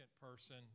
person